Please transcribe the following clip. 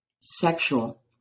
sexual